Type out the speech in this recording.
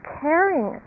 caring